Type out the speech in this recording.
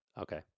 Okay